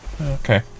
Okay